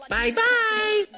bye-bye